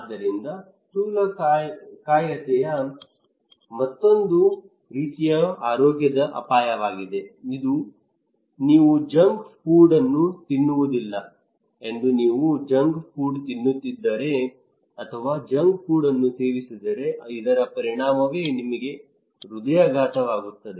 ಆದ್ದರಿಂದ ಸ್ಥೂಲಕಾಯತೆಯು ಮತ್ತೊಂದು ರೀತಿಯ ಆರೋಗ್ಯದ ಅಪಾಯವಾಗಿದೆ ನೀವು ಜಂಕ್ ಫುಡ್ಅನ್ನು ತಿನ್ನುವುದಿಲ್ಲ ಎಂದು ನೀವು ಜಂಕ್ ಫುಡ್ ತಿನ್ನುತ್ತಿದ್ದರೆ ಅಥವಾ ಜಂಕ್ ಫುಡ್ ಅನ್ನು ಸೇವಿಸಿದರೆ ಇದರ ಪರಿಣಾಮವೇ ನಿಮಗೆ ಹೃದಯಾಘಾತವಾಗುತ್ತದೆ